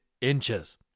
inches